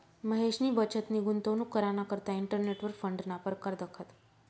महेशनी बचतनी गुंतवणूक कराना करता इंटरनेटवर फंडना परकार दखात